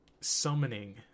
summoning